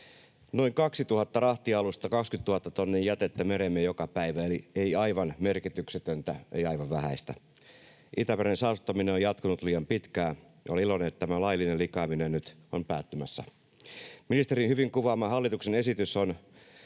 rahtialusta ja 20 000 tonnia jätettä mereemme joka päivä, eli ei aivan merkityksetöntä, ei aivan vähäistä. Itämeren saastuttaminen on jatkunut liian pitkään, ja olen iloinen, että tämä laillinen likaaminen nyt on päättymässä. Ministerin hyvin kuvaama hallituksen esitys on